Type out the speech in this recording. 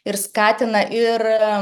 ir skatina ir